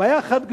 בעיה אחת גדולה,